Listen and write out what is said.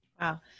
Wow